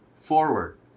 forward